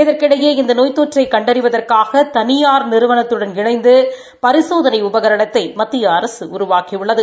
இதற்கிடையே இந்த நோய் தொற்றை கண்டறிவதற்காக தனியார் நிறுவனத்துடன் இணைந்து பரிசோதனை உபகரணத்தை மத்திய அரசு உருவாக்கியுள்ளது